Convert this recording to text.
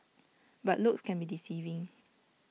but looks can be deceiving